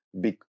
big